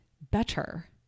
better